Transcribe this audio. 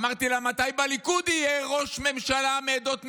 אמרתי לה: מתי בליכוד יהיה ראש ממשלה מעדות המזרח,